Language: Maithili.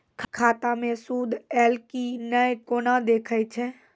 खाता मे सूद एलय की ने कोना देखय छै?